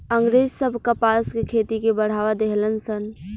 अँग्रेज सब कपास के खेती के बढ़ावा देहलन सन